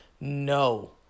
No